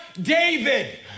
David